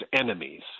enemies